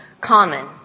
common